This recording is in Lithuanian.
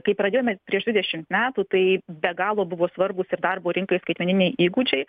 kai pradėjome prieš dvidešimt metų tai be galo buvo svarbūs ir darbo rinkai skaitmeniniai įgūdžiai